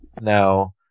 now